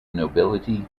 nobility